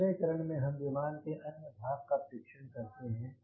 दूसरी चरण में हम विमान के अन्य भाग का परीक्षण करते हैं